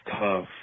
tough